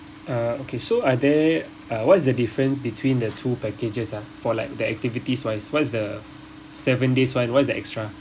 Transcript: uh okay so are there uh what's the difference between the two packages ah for like the activities wise what's the seven days [one] what's the extra